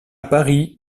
paris